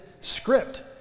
script